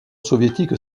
soviétique